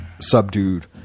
subdued